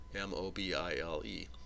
m-o-b-i-l-e